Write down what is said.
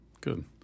good